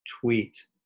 tweet